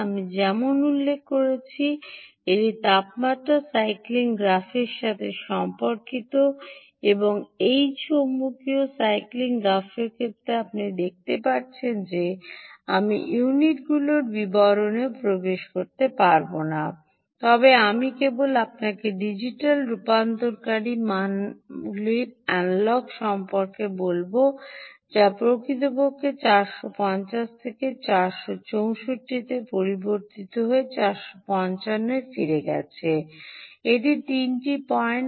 আমি যেমন উল্লেখ করেছি এটি তাপমাত্রা সাইক্লিং গ্রাফের সাথে সম্পর্কিত এবং এটি চৌম্বকীয় সাইক্লিং গ্রাফের ক্ষেত্রে আপনি দেখতে পাচ্ছেন যে আমি ইউনিটগুলির বিবরণেও প্রবেশ করতে পারব না তবে আমি কেবল আপনাকে ডিজিটাল রূপান্তরকারী মানগুলির অ্যানালগ সম্পর্কে বলব যা কৃতপক্ষে 450 থেকে প্রায় 464 এ পরিবর্তিত হয়ে 455 এ ফিরে গেছে এটি 3 পয়েন্ট